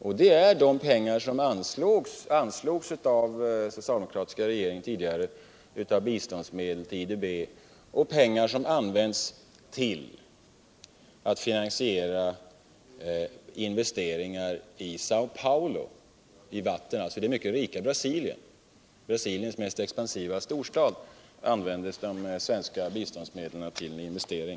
Den utgörs av de pengar som anslogs av den socialdemokratiska regeringen tidigare av biståndsmedel. Det är pengar som används för att finansiera investeringar i Säo Paulo, som är den mest expansiva storstaden i det rika Brasilien.